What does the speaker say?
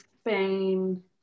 Spain